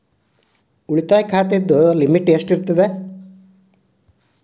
ಉಳಿತಾಯ ಖಾತೆದ ಲಿಮಿಟ್ ಎಷ್ಟ ಇರತ್ತ?